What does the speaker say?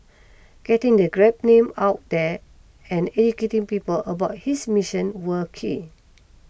getting the Grab name out there and educating people about his mission were key